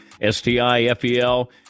S-T-I-F-E-L